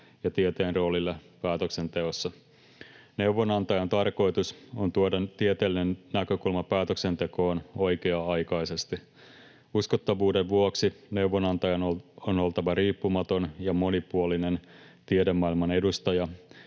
ja tieteen roolille päätöksenteossa. Neuvonantajan tarkoitus on tuoda tieteellinen näkökulma päätöksentekoon oikea-aikaisesti. Uskottavuuden vuoksi neuvonantajan on oltava riippumaton ja monipuolinen tiedemaailman edustaja,